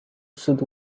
should